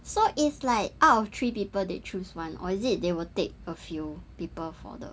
so it's like out of three people they choose one or is it they will take a few people for the